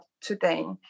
today